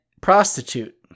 prostitute